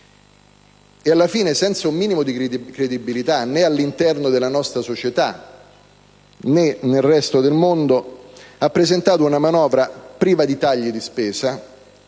Alla fine, senza un minimo di credibilità, né all'interno della nostra società, né di fronte al resto del mondo, ha presentato una manovra priva di tagli di spesa,